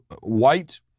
white